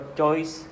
choice